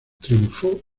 triunfó